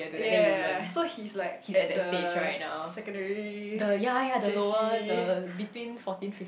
ya ya ya ya so he's like at the secondary J_C